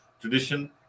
tradition